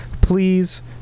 please